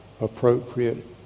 appropriate